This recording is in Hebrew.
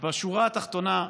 בשורה התחתונה,